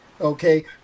okay